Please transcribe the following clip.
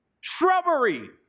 Shrubbery